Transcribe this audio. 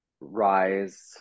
Rise